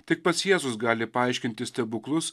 tik pats jėzus gali paaiškinti stebuklus